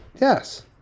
Yes